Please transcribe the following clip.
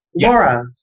Laura